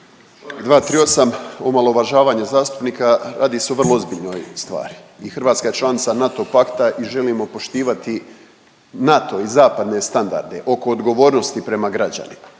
238. omalovažavanje zastupnika, radi se o vrlo ozbiljnoj stvari i Hrvatska je članica NATO pakta i želimo poštivati NATO i zapadne standarde oko odgovornosti prema građanima,